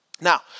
Now